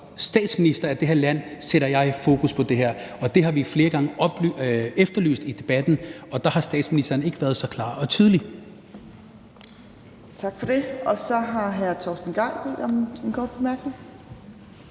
statsminister i det her land sætter jeg nu fokus på det her. Det har vi flere gange efterlyst i debatten, og der har statsministeren ikke været så klar og tydelig.